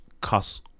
cuss